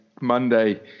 Monday